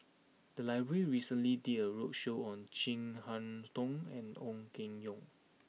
the library recently did a roadshow on Chin Harn Tong and Ong Keng Yong